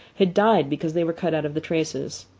had died because they were cut out of the traces.